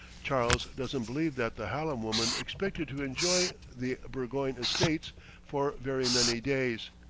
charles doesn't believe that the hallam woman expected to enjoy the burgoyne estates for very many days.